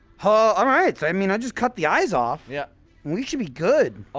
ah alright, so, i mean, i just cut the eyes off yep we should be good aw,